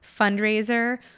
fundraiser